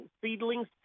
seedlings